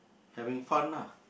having fun ah